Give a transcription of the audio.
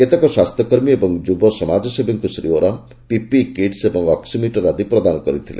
କେତେକ ସ୍ୱାସ୍ଥ୍ କର୍ମୀ ଏବଂ ଯୁବ ସମାଜସେବୀଙ୍କୁ ଶ୍ରୀ ଓରାମ୍ ପିପିଇ କିଟସ୍ ଓ ଅକୁମିଟର ଆଦି ପ୍ରଦାନ କରିଥିଲେ